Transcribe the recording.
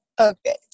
Okay